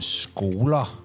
skoler